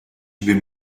bym